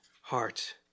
heart